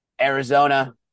Arizona